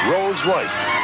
Rolls-Royce